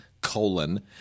colon